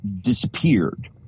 disappeared